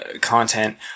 content